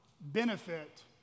benefit